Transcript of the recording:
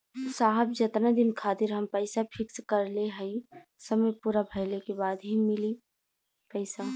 साहब जेतना दिन खातिर हम पैसा फिक्स करले हई समय पूरा भइले के बाद ही मिली पैसा?